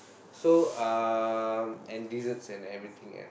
so uh and desserts and everything ya